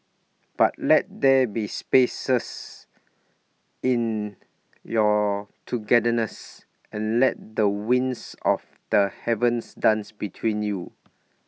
but let there be spaces in your togetherness and let the winds of the heavens dance between you